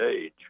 age